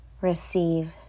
receive